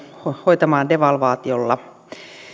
hoitamaan devalvaatiolla